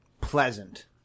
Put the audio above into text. pleasant